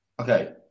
Okay